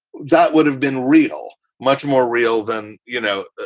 that would have been real much more real than, you know,